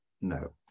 no